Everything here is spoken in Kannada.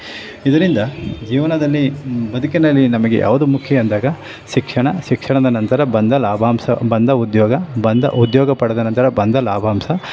ಇದರಿಂದ ಜೀವನದಲ್ಲಿ ಬದುಕಿನಲ್ಲಿ ನಮಗೆ ಯಾವುದು ಮುಖ್ಯ ಅಂದಾಗ ಶಿಕ್ಷಣ ಶಿಕ್ಷಣದ ನಂತರ ಬಂದ ಲಾಭಾಂಶ ಬಂದ ಉದ್ಯೋಗ ಬಂದ ಉದ್ಯೋಗ ಪಡೆದ ನಂತರ ಬಂದ ಲಾಭಾಂಶ